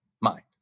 mind